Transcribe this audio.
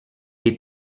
est